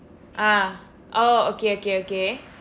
ah oh okay okay okay